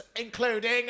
including